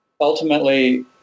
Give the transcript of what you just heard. Ultimately